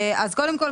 אז קודם כל,